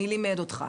מי לימד אותך.